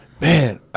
Man